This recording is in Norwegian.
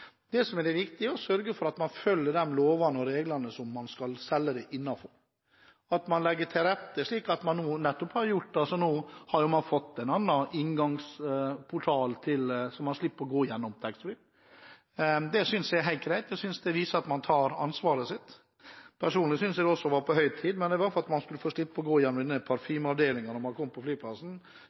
Det som er det viktige, er å sørge for at man selger innenfor de lovene og reglene som er, og at man legger til rette, slik man nå nettopp har gjort – nå har man jo fått en annen inngangsportal, så man slipper å gå gjennom taxfree-butikken. Det synes jeg er helt greit, jeg synes det viser at man tar ansvar. Personlig synes jeg også det var på høy tid, men det var fordi man nå slipper å gå gjennom parfymeavdelingen når man kommer på flyplassen.